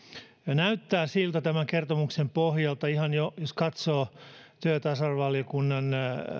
näyttää tämän kertomuksen pohjalta siltä jo ihan jos katsoo työ ja tasa arvovaliokunnan